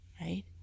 Right